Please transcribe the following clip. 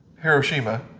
Hiroshima